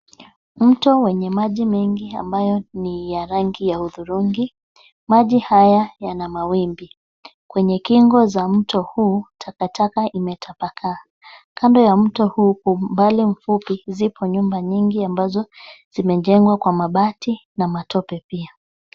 Mto wenye maji mengi ambayo ni ya rangi ya hudhurungi. Maji haya yana mawimbi. Kwenye kingo za mto huu takataka imetapakaa. Kando ya mto huu, kwa umbali mfupi zipo nyumba nyingi ambazo zimejengwa kwa mabati na matope pia.